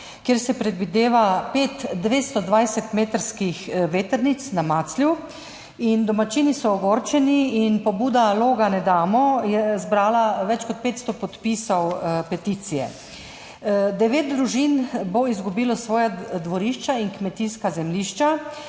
kjer se predvideva pet 220-metrskih vetrnic na Maclju, in domačini so ogorčeni. Pobuda Loga ne damo je zbrala več kot 500 podpisov peticije. Devet družin bo izgubilo svoja dvorišča in kmetijska zemljišča,